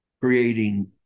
creating